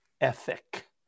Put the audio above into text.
ethic